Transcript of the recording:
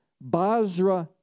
Basra